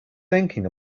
thinking